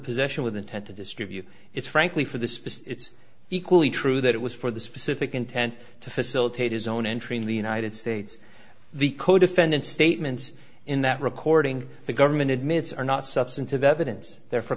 possession with intent to distribute it's frankly for the space it's equally true that it was for the specific intent to facilitate his own entry in the united states the codefendant statements in that recording the government admits are not substantive evidence there for